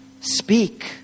speak